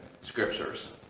scriptures